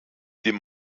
dem